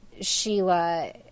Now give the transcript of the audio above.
Sheila